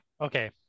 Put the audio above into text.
Okay